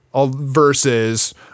versus